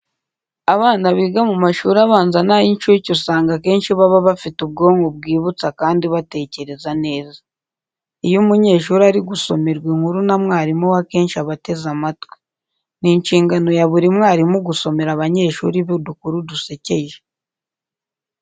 Abana biga mu mashuri abanza n'ay'incuke usanga akenshi baba bafite ubwonko bwibika kandi batekereza neza. Iyo umunyeshuri ari gusomerwa inkuru na mwarimu we akenshi aba ateze amatwi. Ni inshingano ya buri mwarimu gusomera abanyeshuri be udukuru dusekeje.